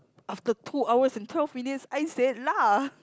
after two hours and twelve minutes I said lah